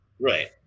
right